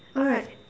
alright